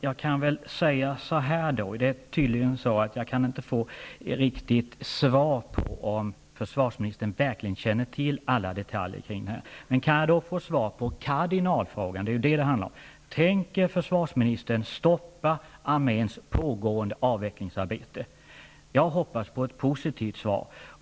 Fru talman! Jag kan tydligen inte få något riktigt svar på om försvarsministern verkligen känner till alla detaljer kring detta, men jag kanske kan få svar på kardinalfrågan: Tänker försvarsministern stoppa arméns pågående avvecklingsarbete? Jag hoppas på ett positivt svar.